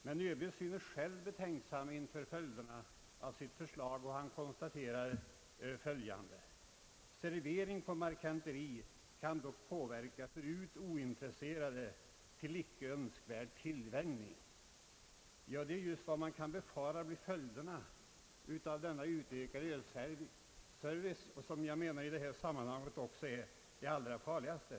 Men ÖB synes själv betänksam inför följderna av sitt förslag och tycks konstatera att »servering på marketenteri kan påverka förut ointresserade till icke önskvärd tillvänjning». Detta är just vad som kan befaras bli följden av den utökade servicen beträffande öl, en följd som jag i detta sammanhang anser vara den allra farligaste.